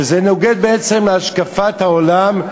שזה נוגד בעצם את השקפת העולם,